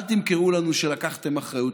אל תמכרו לנו שלקחתם אחריות.